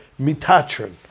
Mitatron